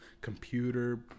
computer